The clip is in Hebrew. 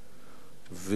וזו סכנת חיים.